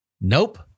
Nope